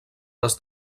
les